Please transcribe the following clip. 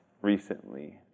recently